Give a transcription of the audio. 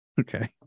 Okay